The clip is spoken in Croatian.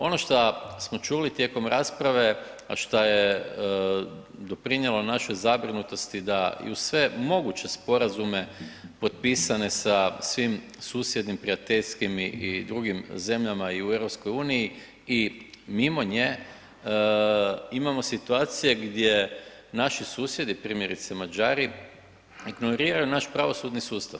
Ono šta smo čuli tijekom rasprave, a što je doprinijelo našoj zabrinutosti da i uz sve moguće sporazume potpisane sa svim susjednim, prijateljskim i drugim zemljama i u EU i mimo nje, imamo situacije gdje naši susjedi, primjerice Mađari ignoriraju naš pravosudni sustav.